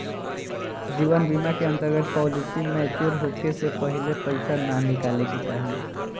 जीवन बीमा के अंतर्गत पॉलिसी मैच्योर होखे से पहिले पईसा ना निकाले के चाही